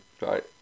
Right